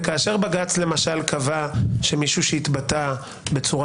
וכאשר בג"ץ למשל קבע שמישהו שהתבטא בצורה